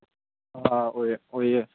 ꯑꯥ ꯑꯣꯏꯌꯦ